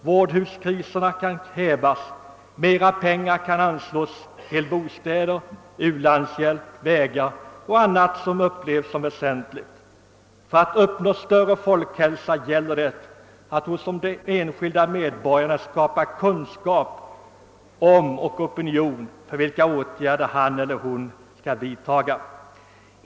Vårdhuskrisen kan hävas, mer pengar kan anslås till bostäder, u-landshjälp, vägar. och allt annat som upplevs som väsentligt. För att uppnå större ' folkhälsa. gäller det. att hos: den enskilde medborgaren: skapa kunskap om och opinion för vilka åtgärder han eller hon själv skall vidta.